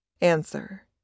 Answer